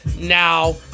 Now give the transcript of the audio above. Now